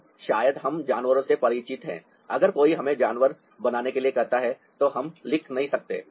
अब शायद हम जानवरों से परिचित हैं अगर कोई हमें जानवर बनाने के लिए कहता है तो हम लिख नहीं सकते